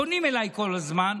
פונים אליי כל הזמן,